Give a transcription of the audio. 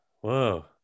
whoa